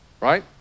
right